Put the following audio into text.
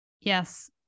yes